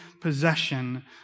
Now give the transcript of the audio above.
possession